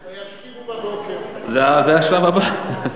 וישכימו בבוקר, זה היה השלב הבא.